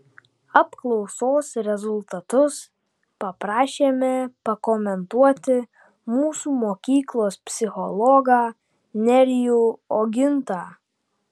apklausos rezultatus paprašėme pakomentuoti mūsų mokyklos psichologą nerijų ogintą